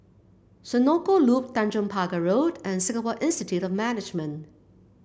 Senoko Loop Tanjong Pagar Road and Singapore Institute of Management